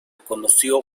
conoció